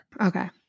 Okay